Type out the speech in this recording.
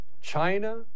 China